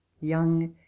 young